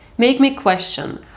makes me question,